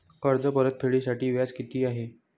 कर्ज परतफेडीसाठी व्याज किती आहे?